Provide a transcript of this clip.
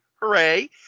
Hooray